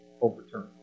overturned